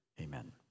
amen